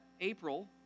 April